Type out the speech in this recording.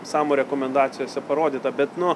samo rekomendacijose parodyta bet nu